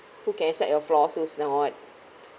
who cares that's your flaw so now what